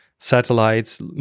satellites